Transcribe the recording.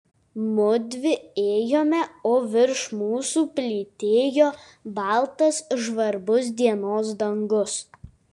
mudvi ėjome o virš mūsų plytėjo baltas žvarbus dienos dangus